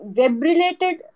web-related